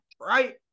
right